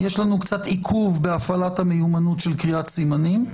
יש לנו קצת עיכוב בהפעלת המיומנות של קריאת סימנים,